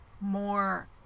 more